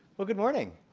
but good morning.